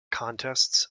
contests